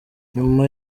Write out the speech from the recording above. nyuma